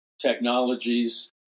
Technologies